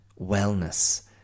wellness